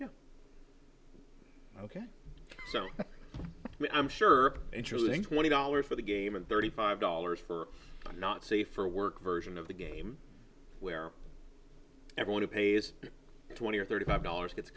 yeah ok so i'm sure interesting twenty dollars for the game and thirty five dollars for not safe for work version of the game where everyone who pays twenty or thirty five dollars gets